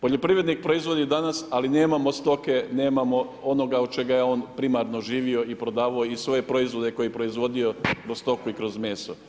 Poljoprivrednik proizvodi danas, ali nemamo stoke, nemamo od čega je on primarno živio i prodavao i svoje proizvode koje je proizvodio kroz stoku i kroz meso.